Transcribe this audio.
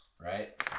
right